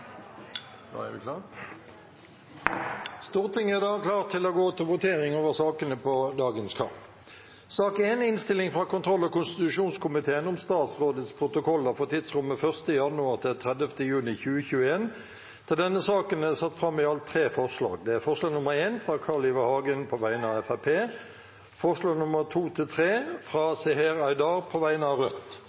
da klar til å gå til votering. Under debatten er det satt fram i alt tre forslag. Det er forslag nr. 1, fra Carl I. Hagen på vegne av Fremskrittspartiet forslagene nr. 2 og 3, fra Seher Aydar på vegne av Rødt